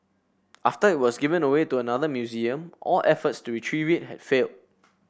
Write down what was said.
after it was given away to another museum all efforts to retrieve it had failed